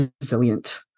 resilient